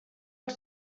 els